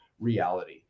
reality